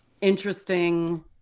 interesting